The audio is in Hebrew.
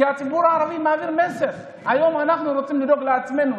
כי הציבור הערבי מעביר מסר: היום אנחנו רוצים לדאוג לעצמנו,